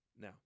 Now